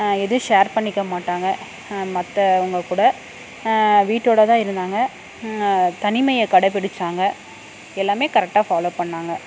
எதுவும் ஷேர் பண்ணிக்க மாட்டங்க மற்றவங்க கூட வீட்டோட தான் இருந்தாங்க தனிமையை கடைபிடிச்சாங்க எல்லாமே கரெக்டாக ஃபாலோ பண்ணாங்க